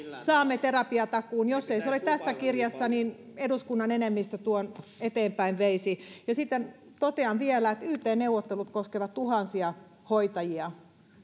saamme terapiatakuun jos ei se ole tässä kirjassa niin eduskunnan enemmistö tuon eteenpäin veisi sitten totean vielä että yt neuvottelut koskevat tuhansia hoitajia